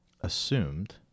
assumed